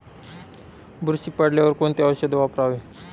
बुरशी पडल्यास कोणते औषध वापरावे?